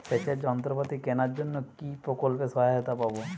সেচের যন্ত্রপাতি কেনার জন্য কি প্রকল্পে সহায়তা পাব?